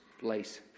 place